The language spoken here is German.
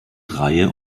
reihe